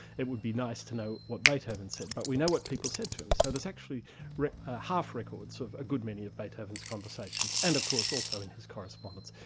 it would be nice to know what beethoven said, but we know what people said to him. so there's actually half records of a good many of beethoven's conversations, and of course also in his correspondence.